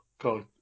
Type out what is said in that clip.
God